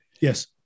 Yes